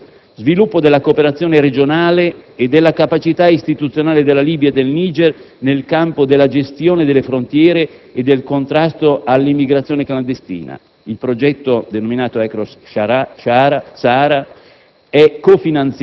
E ancora, sviluppo della cooperazione regionale e della capacità istituzionale della Libia e del Niger nel campo della gestione delle frontiere e del contrasto all'immigrazione clandestina: il progetto, denominato «*Across Sahara*»,